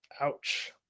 ouch